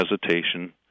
hesitation